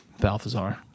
Balthazar